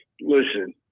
listen